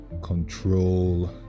control